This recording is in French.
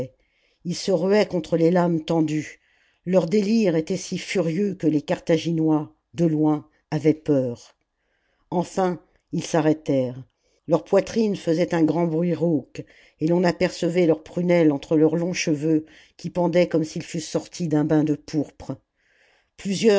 ils se ruaient contre les lames tendues leur délire était si furieux que les carthaginois de loin avaient peur enfin ils s'arrêtèrent leurs poitrines faisaient un grand bruit rauque et l'on apercevait leurs prunelles entre leurs longs cheveux qui pendaient comme s'ils fussent sortis d'un bain de pourpre plusieurs